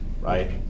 Right